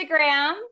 Instagram